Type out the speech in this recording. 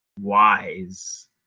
wise